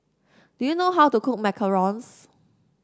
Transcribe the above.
do you know how to cook macarons